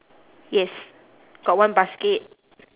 yes got one basket